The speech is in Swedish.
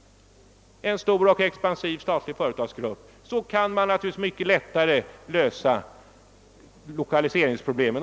— en stor och expansiv statlig företagsgrupp, mycket lättare kan lösa lokaliseringsproblemen.